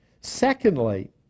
Secondly